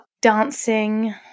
dancing